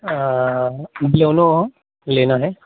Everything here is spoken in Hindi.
बिलोनो लेनी है